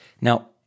Now